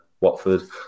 Watford